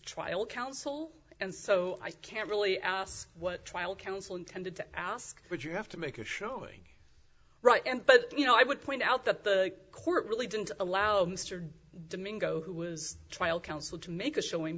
trial counsel and so i can't really ask what trial counsel intended to ask but you have to make a showing right and but you know i would point out that the court really didn't allow mr domingo who was trial counsel to make a showing